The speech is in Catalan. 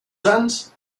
sants